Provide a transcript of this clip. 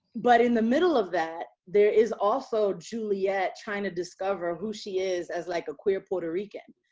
but in the middle of that, there is also juliet trying to discover who she is, as like a queer puerto rican.